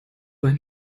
einen